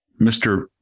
Mr